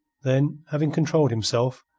then, having controlled himself,